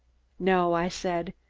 no, i said.